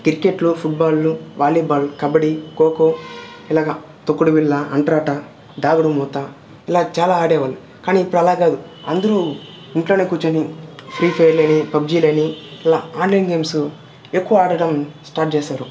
క్రికెట్లో ఫుట్బాల్లో వాలీబాల్ కబడ్డీ కోకో ఇలాగ తొక్కడు బిళ్ల అంటరాట దాగుడుమూత ఇలా చాలా ఆడేవాళ్ళు కానీ ఇప్పుడు అలా కాదు అందరూ ఇంట్లోనే కూర్చుని ఫ్రీపైర్లని పబ్జీలని ఇలా ఆన్లైన్ గేమ్సు ఎక్కువ ఆడటం స్టార్ట్ చేశారు